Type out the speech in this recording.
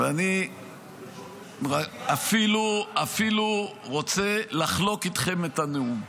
אני אפילו רוצה לחלוק איתכם את הנאום.